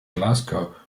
glasgow